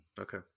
Okay